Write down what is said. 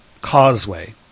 causeway